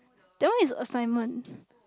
that one is assignment